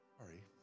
Sorry